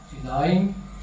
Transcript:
denying